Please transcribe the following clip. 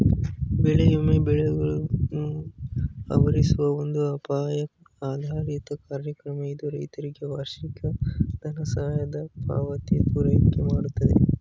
ಬೆಳೆ ವಿಮೆ ಬೆಳೆಗಳು ಆವರಿಸುವ ಒಂದು ಅಪಾಯ ಆಧಾರಿತ ಕಾರ್ಯಕ್ರಮ ಇದು ರೈತರಿಗೆ ವಾರ್ಷಿಕ ದನಸಹಾಯ ಪಾವತಿ ಪೂರೈಕೆಮಾಡ್ತದೆ